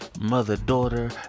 mother-daughter